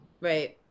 right